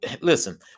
listen